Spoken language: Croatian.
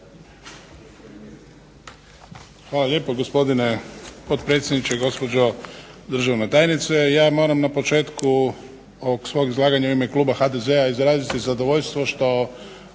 Hvala lijepo. Gospodine potpredsjedniče, gospođo državna tajnice. Ja moram na početku ovog svog izlaganja u ime kluba HDZ-a izraziti zadovoljstvo što